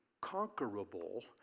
conquerable